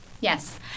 Yes